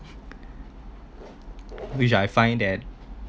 which I find that